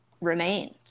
remains